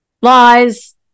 lies